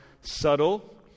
subtle